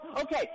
Okay